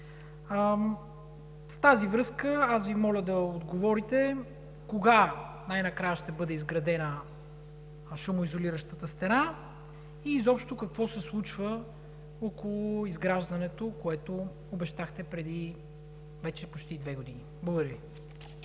В тази връзка Ви моля да отговорите: кога най-накрая ще бъде изградена шумоизолиращата стена и какво се случва около изграждането, което обещахте преди вече почти две години. Благодаря Ви.